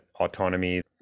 autonomy